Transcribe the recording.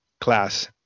class